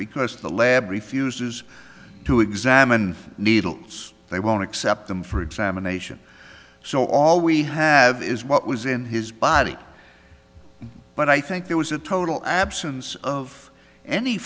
because the lab refuses to examine needles they won't accept them for examination so all we have is what was in his body but i think there was a total absence of any